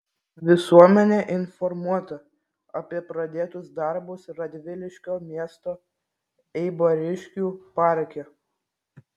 visuomenė informuota apie pradėtus darbus radviliškio miesto eibariškių parke